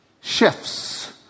shifts